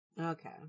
Okay